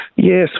Yes